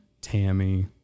Tammy